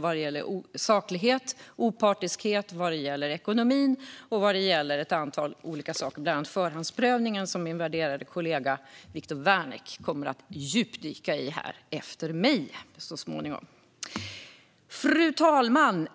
vad gäller saklighet, opartiskhet, ekonomi och ett antal andra saker - bland annat förhandsprövningen, som min värderade kollega Viktor Wärnick kommer att djupdyka i här så småningom. Fru talman!